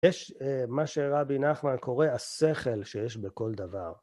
יש, מה שרבי נחמן קורא, השכל שיש בכל דבר.